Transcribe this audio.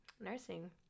nursing